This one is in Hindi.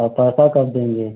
और पैसा कब देंगे